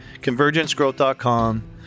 convergencegrowth.com